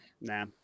nah